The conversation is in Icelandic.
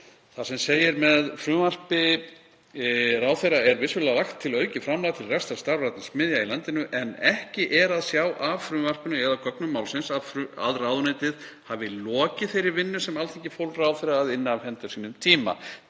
þar sem segir: „Með frumvarpi ráðherra er vissulega lagt til aukið framlag til rekstrar stafrænna smiðja í landinu en ekki er að sjá af frumvarpinu eða gögnum málsins að ráðuneytið hafi lokið þeirri vinnu sem Alþingi fól ráðherra að inna af hendi á sínum tíma.